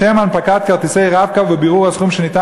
לשם הנפקת כרטיסי "רב-קו" ובירור הסכום שנשאר